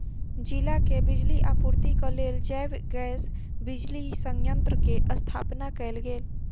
जिला के बिजली आपूर्तिक लेल जैव गैस बिजली संयंत्र के स्थापना कयल गेल